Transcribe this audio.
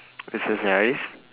exercise